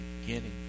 beginning